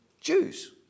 Jews